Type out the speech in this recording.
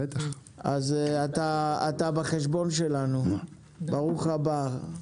אתה בחשבון שלנו, ברוך הבא.